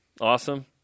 awesome